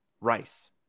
Rice